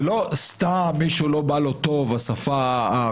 זה לא סתם, שלמישהו לא באה טוב השפה הערבית.